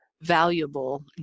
valuable